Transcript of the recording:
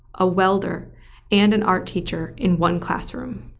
a welder and an art teacher in one classroom?